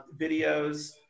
videos